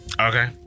Okay